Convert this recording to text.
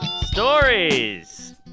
Stories